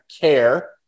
care